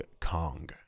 Kong